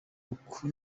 uku